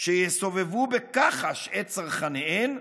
שיסובבו בכחש את צרכניהן,